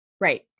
right